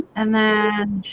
and then